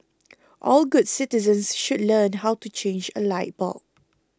all good citizens should learn how to change a light bulb